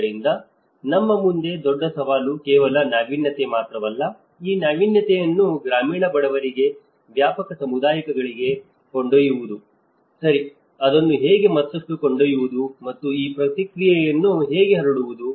ಆದ್ದರಿಂದ ನಮ್ಮ ಮುಂದೆ ದೊಡ್ಡ ಸವಾಲು ಕೇವಲ ನಾವೀನ್ಯತೆ ಮಾತ್ರವಲ್ಲ ಈ ನಾವೀನ್ಯತೆಯನ್ನು ಗ್ರಾಮೀಣ ಬಡವರಿಗೆ ವ್ಯಾಪಕ ಸಮುದಾಯಗಳಿಗೆ ಕೊಂಡೊಯ್ಯುವುದು ಸರಿ ಅದನ್ನು ಹೇಗೆ ಮತ್ತಷ್ಟು ಕೊಂಡೊಯ್ಯುವುದು ಮತ್ತು ಈ ಪ್ರಕ್ರಿಯೆಯನ್ನು ಹೇಗೆ ಹರಡುವುದು